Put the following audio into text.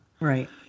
Right